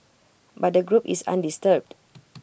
but the group is undisturbed